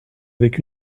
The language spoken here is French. avec